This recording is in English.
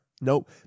Nope